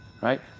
right